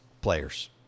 players